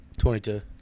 22